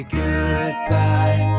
goodbye